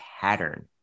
pattern